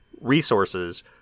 resources